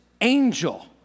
angel